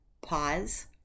pause